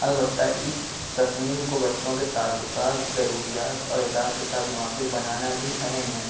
البتہ اس تصمیم کو بچوں کے تعلقات ضروریات اور اداب کے ساتھ موافق بنانا بھی اہم ہے